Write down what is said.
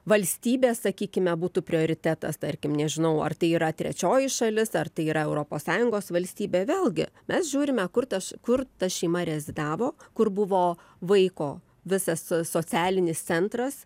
valstybė sakykime būtų prioritetas tarkim nežinau ar tai yra trečioji šalis ar tai yra europos sąjungos valstybė vėlgi mes žiūrime kur tas kur ta šeima rezidavo kur buvo vaiko visas socialinis centras